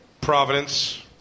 Providence